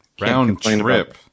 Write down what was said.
Round-trip